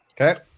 Okay